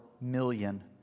million